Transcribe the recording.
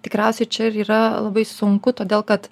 tikriausiai čia ir yra labai sunku todėl kad